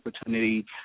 opportunity